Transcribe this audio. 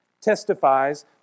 testifies